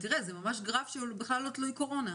זה גרף שממש לא מושפע מהקורונה.